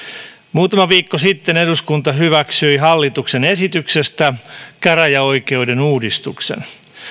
muutama viikko sitten eduskunta hyväksyi hallituksen esityksestä käräjäoikeuden uudistuksen